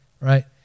right